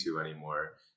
anymore